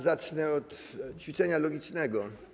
Zacznę od ćwiczenia logicznego.